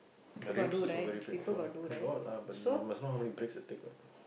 the ribs also very painful got lah but we must know how many breaks it take what